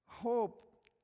Hope